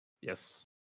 Yes